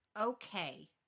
Okay